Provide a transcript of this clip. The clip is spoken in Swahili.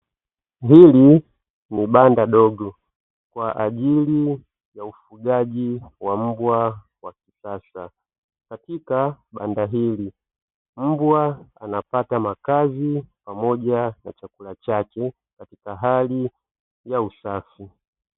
Hili ni banda dogo kwa ajili ya ufugaji wa mbwa wa kisasa, katika banda hili mbwa anapata makazi pamoja na chakula chake katika hali ya usafi.